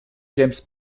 james